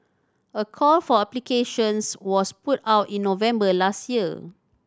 a call for applications was put out in November last year